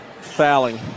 fouling